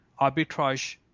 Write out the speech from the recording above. arbitrage